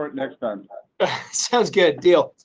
um next time sounds good deal